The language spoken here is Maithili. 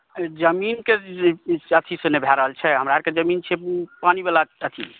जमीनके जे अथी से नहि भए रहल छै हमरा आओरके जमीन छै पानीवला अथी